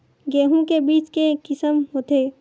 गेहूं के बीज के किसम के होथे?